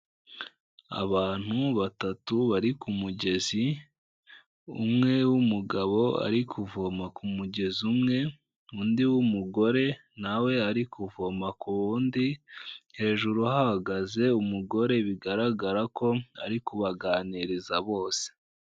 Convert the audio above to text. Abantu batatu bari ku mugezi, umwe w'umugabo ari kuvoma ku mugezi umwe, undi w'umugore nawe ari kuvoma ku wundi, hejuru hahagaze umugore bigaragara ko ari kubaganiriza bose.